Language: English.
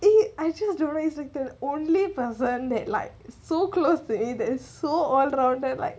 eh I just do raise the only person that like so close to a that is so all around them like